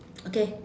okay